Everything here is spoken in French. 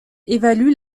évalue